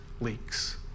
Leaks